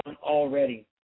already